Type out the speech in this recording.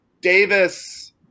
Davis